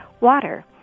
water